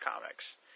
comics